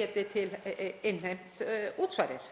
geti innheimt útsvarið.